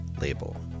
label